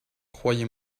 croyez